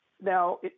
Now